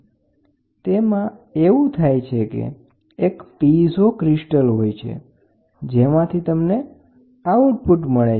તો હવે આપણે પીઝો પ્રકારનું ટ્રાન્સડ્યુસર જોઈએ અહી કે એક પીઝો ક્રિસ્ટલ હોય છે જેમાંથી તમને આઉટપુટ મળે છે